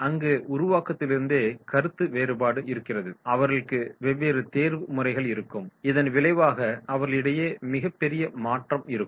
அங்கு உருவாக்குவதிலிருந்தே கருத்து வேறுபாடு இருக்கிறது அவர்களுக்கு வெவ்வேறு தேர்வு முறைகள் இருக்கும் இதன் விளைவாக அவர்களிடையே மிக பெரிய மாற்றம் இருக்கும்